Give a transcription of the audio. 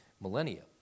millennia